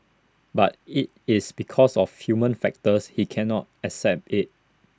but if it's because of human factors he cannot accept IT